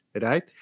right